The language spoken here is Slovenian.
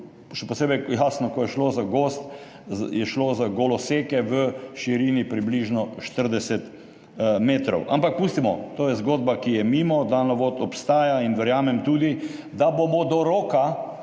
še posebej jasno, ko je šlo za gozd, je šlo za goloseke v širini približno 40 metrov. Ampak pustimo, to je zgodba, ki je mimo, daljnovod obstaja in verjamem tudi, da bomo do roka,